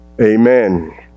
Amen